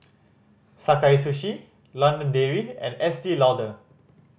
Sakae Sushi London Dairy and Estee Lauder